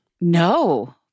No